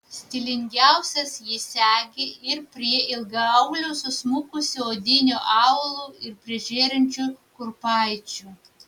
stilingiausios jį segi ir prie ilgaaulių susmukusiu odiniu aulu ir prie žėrinčių kurpaičių